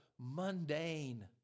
mundane